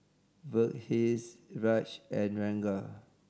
Verghese Raj and Ranga